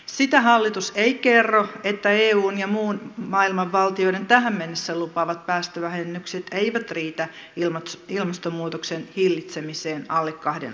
sitä hallitus ei kerro että eun ja muun maailman valtioiden tähän mennessä lupaamat päästövähennykset eivät riitä ilmastonmuutoksen hillitsemiseen alle kahden asteen